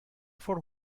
for